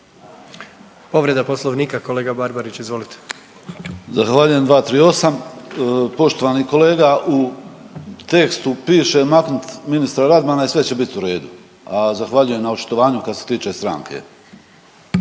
Povreda Poslovnika, kolega Barbarić izvolite. **Barbarić, Nevenko (HDZ)** Zahvaljujem. 238., poštovani kolega u tekstu piše maknut ministra Radmana i sve će biti u redu, a zahvaljujem na očitovanju kad se tiče stranke.